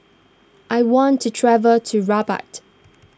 I want to travel to Rabat